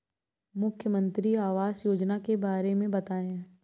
मुख्यमंत्री आवास योजना के बारे में बताए?